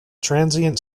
transient